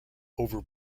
over